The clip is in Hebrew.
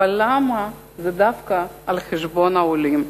אז למה זה דווקא על חשבון העולים?